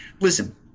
Listen